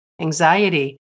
anxiety